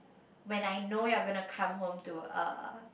when I know you're gonna come home to a